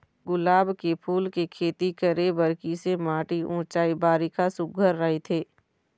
गुलाब फूल के खेती करे बर किसे माटी ऊंचाई बारिखा सुघ्घर राइथे?